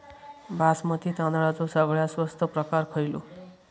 बासमती तांदळाचो सगळ्यात स्वस्त प्रकार खयलो?